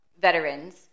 veterans